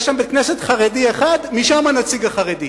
יש שם בית-כנסת חרדי אחד, משם הנציג החרדי.